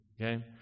okay